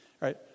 right